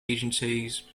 agencies